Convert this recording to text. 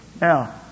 Now